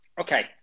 Okay